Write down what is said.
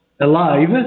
alive